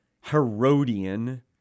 Herodian